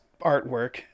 artwork